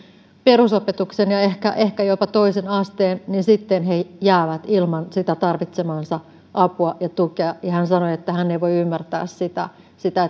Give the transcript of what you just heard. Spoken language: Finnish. perusopetuksen ja ehkä ehkä jopa toisen asteen he jäävät ilman tarvitsemaansa apua ja tukea hän sanoi että hän ei voi ymmärtää sitä sitä